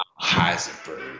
Heisenberg